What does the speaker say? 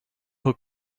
who